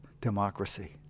democracy